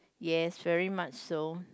yes very much so